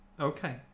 Okay